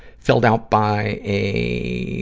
filled out by a,